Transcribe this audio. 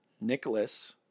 Nicholas